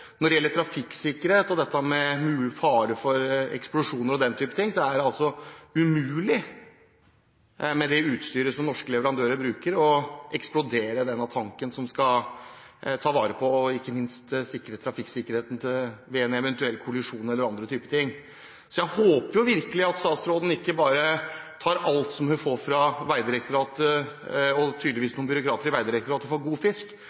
Når det gjelder trafikksikkerhet og det med fare for eksplosjoner og den typen ting, er eksplosjon umulig – med det utstyret som norske leverandører bruker – med denne tanken som skal ta vare på og ikke minst sikre trafikksikkerheten ved en eventuell kollisjon eller andre typer ting. Jeg håper virkelig at statsråden ikke bare tar alt hun tydeligvis får fra noen byråkrater i Vegdirektoratet, for god fisk,